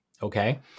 Okay